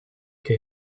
que